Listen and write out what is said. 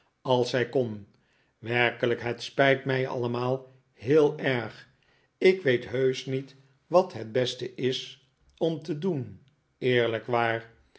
als zij kon werkelijk het spijt mij allemaal heel erg ik weet heusch niet wat het beste is om te doen eerlijk waar